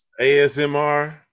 ASMR